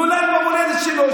נולד במולדת שלו,